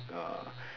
uh